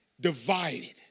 divided